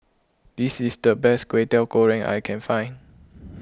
this is the best Kwetiau Goreng I can find